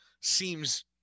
seems